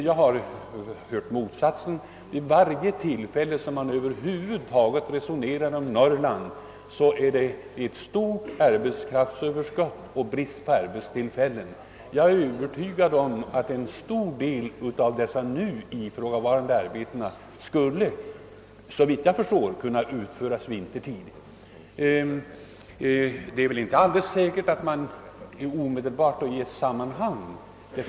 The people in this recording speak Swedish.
Jag har hört motsatsen; vid varje tillfälle man resonerar om Norrland möter man påpekanden om att det föreligger ett stort arbetskraftsöverskott och brist på arbetstillfällen. Såvitt jag förstår skulle en stor del av här ifrågavarande arbeten kunna utföras vintertid. Det är väl inte nödvändigt att omedelbart sätta i gång dem.